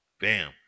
Bam